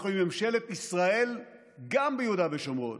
אנחנו עם ממשלת ישראל גם ביהודה ושומרון.